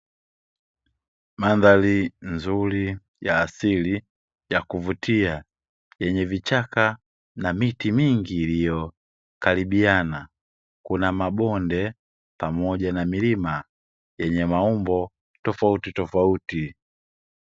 Mandhari nzuri ya asili ya kuvutia yenye vichaka na miti mingi iliyokaribiana, kuna mabonde pamoja na milima yenye maumbo tofautitofauti.